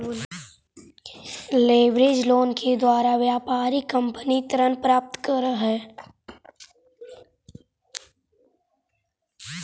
leverage loan के द्वारा व्यापारिक कंपनी ऋण प्राप्त करऽ हई